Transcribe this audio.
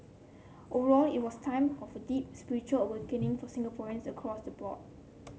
overall it was time of deep spiritual awakening for Singaporeans across the board